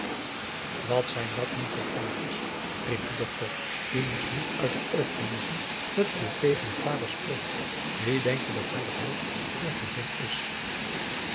wat zijn dat nu voor praatjes riep de dokter je moest niet uit het oog verliezen dat je tegen je vader spreekt wie denk je dat hier het hoofd van het gezin is